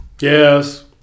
Yes